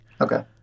Okay